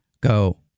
go